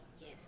Yes